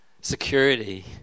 security